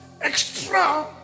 extra